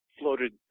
floated